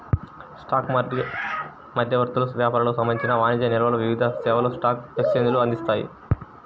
stock మధ్యవర్తులకు, వ్యాపారులకు సంబంధించిన వాణిజ్య నిల్వలకు వివిధ సేవలను స్టాక్ ఎక్స్చేంజ్లు అందిస్తాయి